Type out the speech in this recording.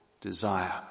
desire